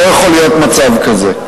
לא יכול להיות מצב כזה.